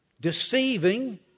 Deceiving